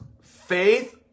faith